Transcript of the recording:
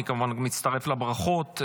אני כמובן מצטרף לברכות.